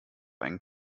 einen